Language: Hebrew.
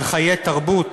על חיי תרבות,